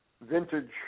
vintage